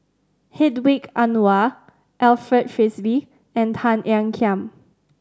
Hedwig Anuar Alfred Frisby and Tan Ean Kiam